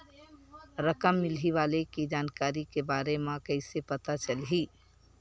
रकम मिलही वाले के जानकारी के बारे मा कइसे पता चलही?